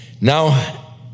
Now